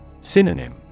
Synonym